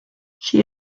she